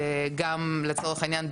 שגם לצורך העניין,